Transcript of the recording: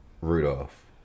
Rudolph